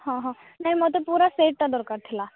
ହଁ ହଁ ନାଇ ମୋତେ ପୂରା ସେଟ୍ଟା ଦରକାର ଥିଲା